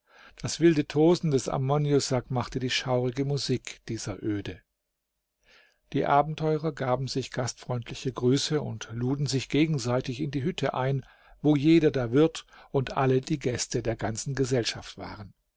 das wilde tosen des amonusuck machte die schaurige musik dieser öde die abenteurer gaben sich gastfreundliche grüße und luden sich gegenseitig in die hütte ein wo jeder der wirt und alle die gäste der ganzen gesellschaft waren